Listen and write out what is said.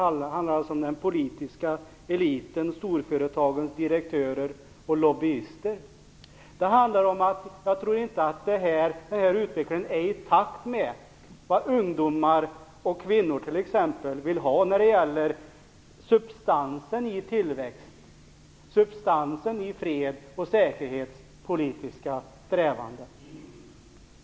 Det handlar alltså om den politiska eliten, storföretagen, direktörer och lobbyister. Jag tror inte att den utvecklingen är i takt med vad t.ex. ungdomar och kvinnor vill ha när det gäller substansen i tillväxten, substansen i fred och säkerhetspolitiska strävanden.